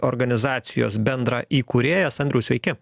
organizacijos bendraįkūrėjas andriau sveiki